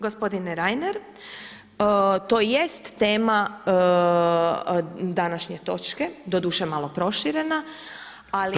Gospodine Reiner, to jest tema današnje točke, doduše malo proširena ali…